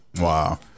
Wow